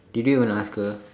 did you even ask her